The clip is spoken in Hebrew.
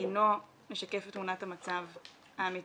אינו משקף את תמונת המצב האמיתית?